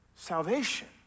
Salvation